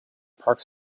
park